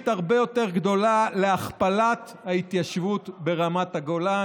הרבה יותר גדולה להכפלת ההתיישבות ברמת הגולן,